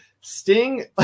Sting